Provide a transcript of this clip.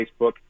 Facebook